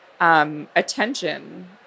attention